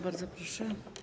Bardzo proszę.